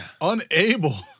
Unable